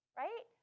right